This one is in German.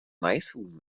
maishuhn